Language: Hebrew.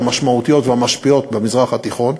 המשמעותיות והמשפיעות במזרח התיכון,